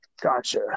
Gotcha